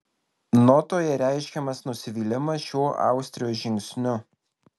notoje reiškiamas nusivylimas šiuo austrijos žingsniu